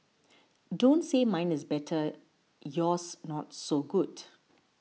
don't say mine is better yours not so good